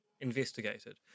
investigated